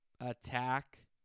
attack